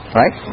right